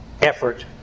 effort